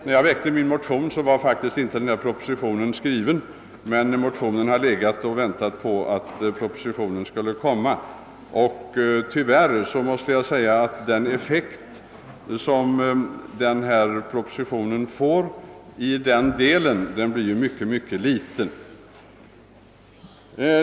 När jag väckte min motion var propositionen i ärendet inte framlagd. Tyvärr blir emellertid effekten av propositionens förslag mycket liten.